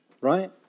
right